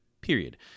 period